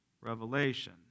Revelation